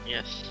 Yes